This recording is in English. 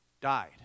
died